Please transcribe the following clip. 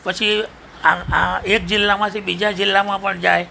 પછી આ આ એક જિલ્લામાંથી બીજા જિલ્લામાં પણ જાય